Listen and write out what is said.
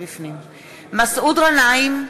מסעוד גנאים,